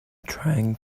trying